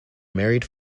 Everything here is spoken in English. married